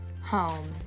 home